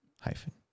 Hyphen